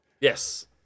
Yes